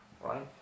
right